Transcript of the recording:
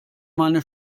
meine